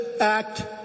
act